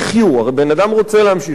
הרי בן-אדם רוצה להמשיך לחיות.